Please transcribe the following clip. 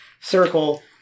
circle